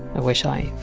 i wish i